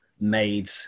made